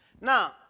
Now